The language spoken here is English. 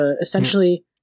essentially